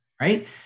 Right